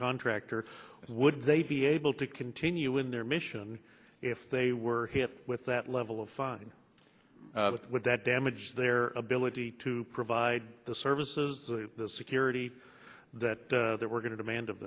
contractor would they be able to continue with their mission if they were hit with that level of funding that damaged their ability to provide the services the security that they were going to demand of